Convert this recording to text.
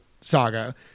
saga